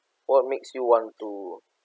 what makes you want to